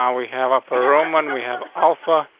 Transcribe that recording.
um we have up a roman. we have alfa.